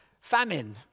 Famine